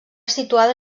situada